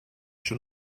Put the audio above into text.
schon